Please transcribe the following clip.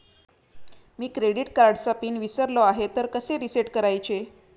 मी credit कार्डचा pin विसरलो आहे तर कसे रीसेट करायचे?